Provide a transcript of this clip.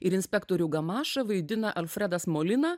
ir inspektorių gamašą vaidina alfredas molina